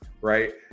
right